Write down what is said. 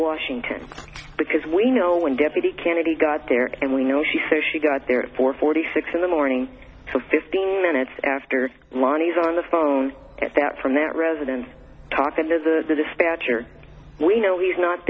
washington because we know when deputy cannady got there and we know she says she got there for forty six in the morning to fifteen minutes after lonnie's on the phone at that from that resident talking to the dispatcher we know he's not